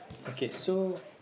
okay so